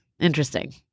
Interesting